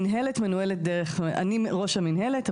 אני ראש המנהלת,